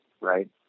right